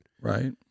Right